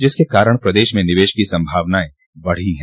जिसके कारण प्रदेश में निवेश की संभावनाएं बढ़ी हैं